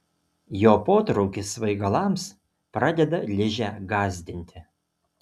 jo potraukis svaigalams pradeda ližę gąsdinti